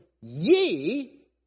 ye